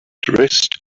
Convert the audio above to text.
dressed